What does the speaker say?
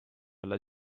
alla